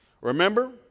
Remember